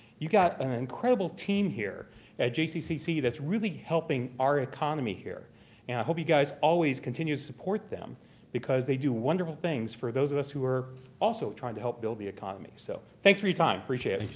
you've got an incredible team here at jccc that's really helping our economy here and i hope you guys always continue to support them because they do wonderful things for those of us who are also trying to help build the economy. so, thanks for your time. appreciate